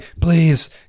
please